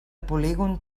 polígon